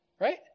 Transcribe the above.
Right